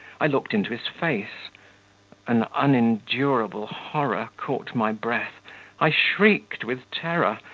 i looked into his face an unendurable horror caught my breath i shrieked with terror,